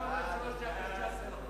רבותי חברי הכנסת,